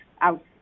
out